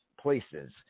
places